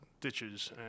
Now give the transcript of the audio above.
ditches